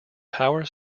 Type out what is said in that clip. power